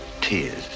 tears